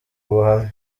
ubuhamya